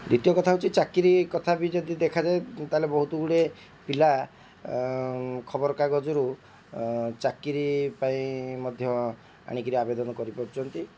ଦ୍ଵିତୀୟ କଥା ହେଉଛି ଚାକିରୀ କଥା ବି ଯଦି ଦେଖାଯାଏ ତା'ହେଲେ ବହୁତଗୁଡ଼ିଏ ପିଲା ଖବରକାଗଜରୁ ଚାକିରୀ ପାଇଁ ମଧ୍ୟ ଆଣିକରି ଆବେଦନ କରିପାରୁଛନ୍ତି